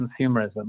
consumerism